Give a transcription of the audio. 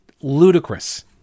ludicrous